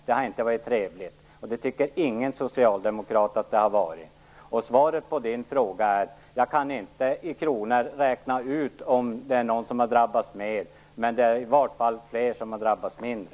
De har inte varit trevliga, och det tycker ingen socialdemokrat att de har varit. Svaret på Bo Könbergs fråga är att jag inte i kronor kan räkna ut hur många som har drabbats mer, men det är i vart fall fler som har drabbats mindre.